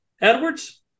Edwards